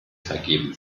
vergeben